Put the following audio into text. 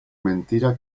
mentira